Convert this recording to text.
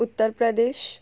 Uttar Pradesh